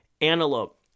antelope